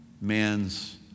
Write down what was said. man's